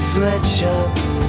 sweatshops